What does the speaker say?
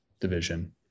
division